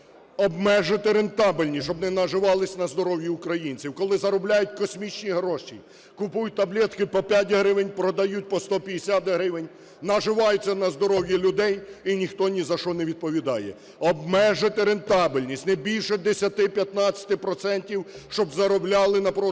обмежити рентабельності, щоб не наживались на здоров'ї українців, коли заробляють космічні гроші, купують таблетки по 5 гривень, продають по 150 гривень, наживаються на здоров'ї людей, і ніхто ні за що не відповідає. Обмежити рентабельність, не більше 10-15 процентів щоб заробляли на продажі